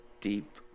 deep